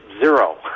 zero